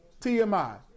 TMI